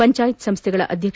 ಪಂಚಾಯತ್ ಸಂಸ್ಥೆಗಳ ಅಧ್ಯಕ್ಷ